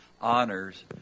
honors